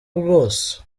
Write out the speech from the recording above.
rwose